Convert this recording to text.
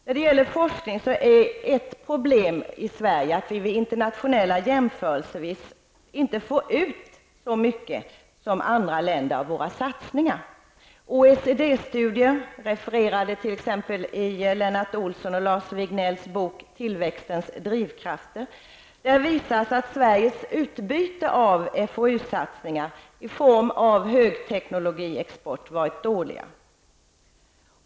När det gäller forskning är ett problem i Sverige att vi inte får ut så mycket av våra satsningar som andra länder får ut av sina. I OECD-studier, refererade t.ex. i Lennart Olssons och Lars Rignells bok Tillväxtens drivkrafter, visas att Sveriges utbyte av FoU-satsningar i form av högteknologiexport varit dåligt.